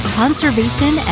conservation